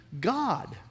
God